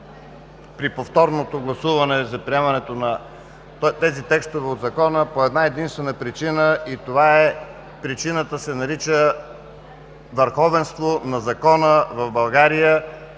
при повторното гласуване за приемането на тези текстове от Закона по една единствена причина. Причината се нарича: върховенство на закона в България.